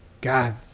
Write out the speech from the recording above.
God